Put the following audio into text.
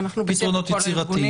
אנחנו בשיח עם כל הארגונים.